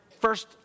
first